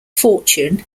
fortune